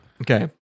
Okay